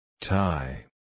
Tie